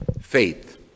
faith